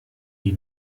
die